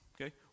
Okay